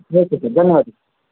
okay sir ಧನ್ಯವಾದ sir